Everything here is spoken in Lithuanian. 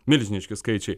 milžiniški skaičiai